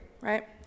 right